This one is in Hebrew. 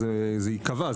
זה ייקבע,